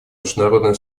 международное